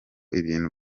ibintu